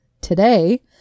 today